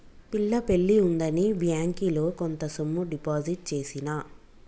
పిల్ల పెళ్లి ఉందని బ్యేంకిలో కొంత సొమ్ము డిపాజిట్ చేసిన